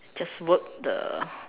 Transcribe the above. just work the